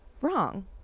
Wrong